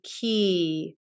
key